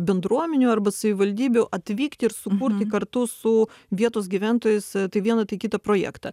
bendruomenių arba savivaldybių atvykti ir suburti kartu su vietos gyventojais tai vieną tai kitą projektą